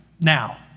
Now